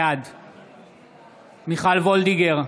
בעד מיכל וולדיגר,